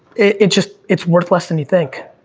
it's just, it's worth less than you think.